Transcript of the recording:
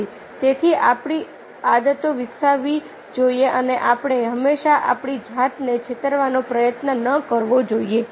તેથી આપણે આદતો વિકસાવવી જોઈએ અને આપણે હંમેશા આપણી જાતને છેતરવાનો પ્રયત્ન ન કરવો જોઈએ